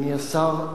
אדוני השר,